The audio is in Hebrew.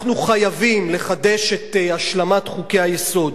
אנחנו חייבים לחדש את השלמת חוקי-היסוד.